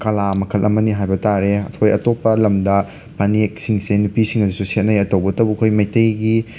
ꯀꯥꯂꯥ ꯃꯈꯜ ꯑꯃꯅꯤ ꯍꯥꯏꯕ ꯇꯥꯔꯦ ꯑꯩꯈꯣꯏ ꯑꯇꯣꯞꯄ ꯂꯝꯗ ꯐꯅꯦꯛꯁꯤꯡꯁꯦ ꯅꯨꯄꯤꯁꯤꯡꯅꯁꯨ ꯁꯦꯠꯅꯩ ꯇꯧꯕꯇꯕꯨ ꯑꯩꯈꯣꯏ ꯃꯩꯇꯩꯒꯤ